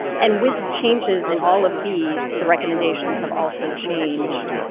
and with changes in all of these, the recommendations have also changed.